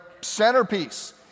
centerpiece